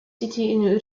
city